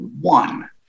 one